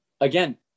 again